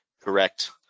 correct